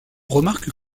remarque